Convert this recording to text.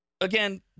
Again